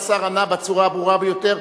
והשר ענה בצורה הברורה ביותר.